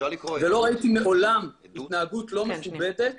ולא ראיתי מעולם התנהגות לא מכובדת